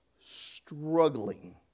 struggling